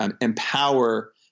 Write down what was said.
empower